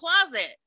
closet